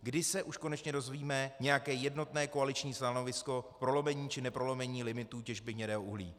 Kdy se už konečně dozvíme nějaké jednotné koaliční stanovisko k prolomení či neprolomení limitů těžby hnědého uhlí?